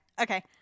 Okay